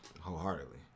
wholeheartedly